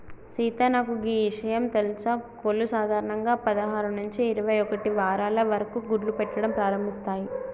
సీత నాకు గీ ఇషయం తెలుసా కోళ్లు సాధారణంగా పదహారు నుంచి ఇరవై ఒక్కటి వారాల వరకు గుడ్లు పెట్టడం ప్రారంభిస్తాయి